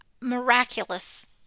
miraculous